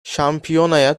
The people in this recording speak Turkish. şampiyonaya